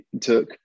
took